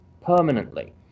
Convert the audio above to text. permanently